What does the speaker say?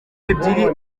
ebyiri